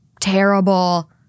terrible